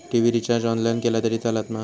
TV recharge online केला तरी चलात मा?